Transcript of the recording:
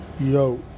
Yo